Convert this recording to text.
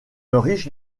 riche